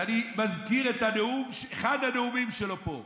ואני מזכיר את אחד הנאומים שלו פה,